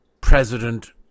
President